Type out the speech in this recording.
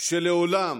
שלעולם